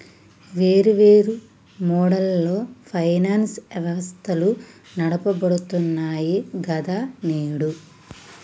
వేర్వేరు మోడళ్లలో ఫైనాన్స్ వ్యవస్థలు నడపబడుతున్నాయి గదా నేడు